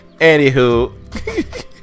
Anywho